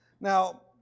Now